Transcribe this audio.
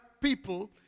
people